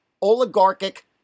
oligarchic